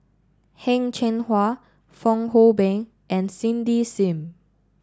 Heng Cheng Hwa Fong Hoe Beng and Cindy Sim